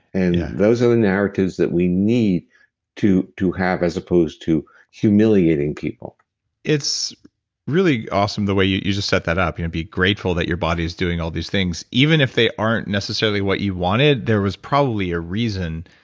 and yeah those are the narratives that we need to to have, as opposed to humiliating people it's really awesome the way you you just set that up, you know be grateful that your body's doing all these things. even if they aren't necessarily what you wanted, there was probably a reason.